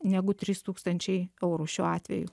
negu trys tūkstančiai eurų šiuo atveju